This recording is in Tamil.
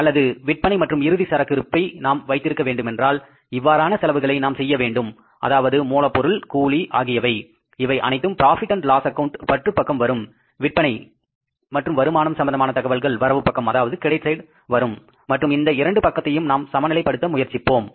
இந்த அளவு விற்பனை மற்றும் இறுதி சரக்கு இருப்பை நாம் வைத்திருக்க வேண்டுமென்றால் இவ்வாறான செலவுகளை நாம் செய்ய வேண்டும் அதாவது மூலப்பொருள் கூலி ஆகியவை இவை அனைத்தும் ப்ராபிட் அண்ட் லாஸ் அக்கவுண்ட் பற்று பக்கம் வரும் விற்பனை மற்றும் வருமானம் சம்பந்தமான தகவல்கள் வரவு பக்கத்தில் வரும் மற்றும் இந்த இரண்டு பக்கத்தையும் நாம் சமநிலைப்படுத்த முயற்சிப்போம்